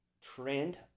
trend